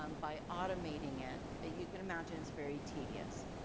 um by automating it, ah you can imagine it's very tedious,